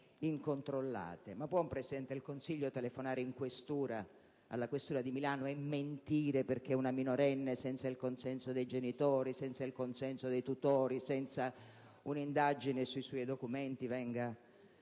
Ma può un Presidente del Consiglio telefonare alla questura di Milano e mentire perché una minorenne, senza il consenso dei genitori e dei tutori, senza un'indagine sui suoi documenti, venga